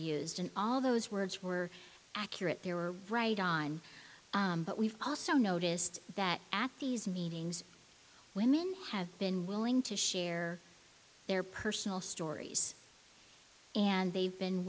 used in all those words were accurate they were right on but we've also noticed that at these meetings women have been willing to share their personal stories and they've been